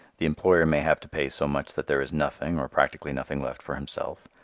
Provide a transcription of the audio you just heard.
the employer may have to pay so much that there is nothing or practically nothing left for himself,